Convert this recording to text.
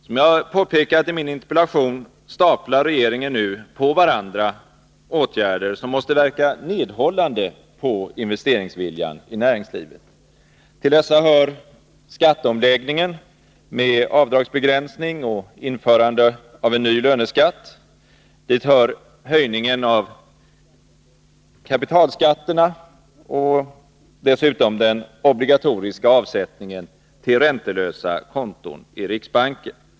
Som jag har påpekat i min interpellation, staplar regeringen nu på varandra åtgärder som måste verka nedhållande på investeringsviljan i näringslivet. Till dessa hör skatteomläggningen, med avdragsbegränsning och införande av en ny löneskatt, dit hör höjningen av kapitalskatterna liksom den obligatoriska avsättningen till räntelösa konton i riksbanken.